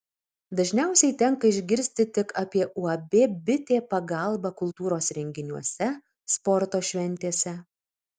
dažniausiai tenka išgirsti tik apie uab bitė pagalbą kultūros renginiuose sporto šventėse